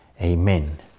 Amen